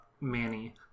Manny